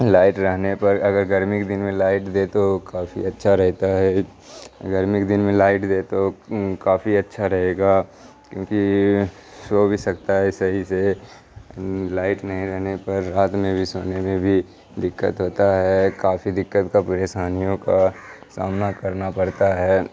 light رہنے پر اگر گرمی کے دن میں لائٹ دے تو کافی اچھا رہتا ہے گرمی کے دن میں لائٹ دے تو کافی اچھا رہے گا کیونکہ سو بھی سکتا ہے صحیح سے لائٹ نہیں رہنے پر رات میں بھی سونے میں بھی دقت ہوتا ہے کافی دقت کا پریشانیوں کا سامنا کرنا پڑتا ہے